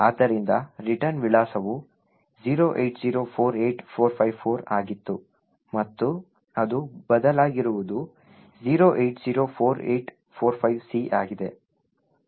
ಆದ್ದರಿಂದ ರಿಟರ್ನ್ ವಿಳಾಸವು 08048454 ಆಗಿತ್ತು ಮತ್ತು ಅದು ಬದಲಾಗಿರುವುದು 0804845C ಆಗಿದೆ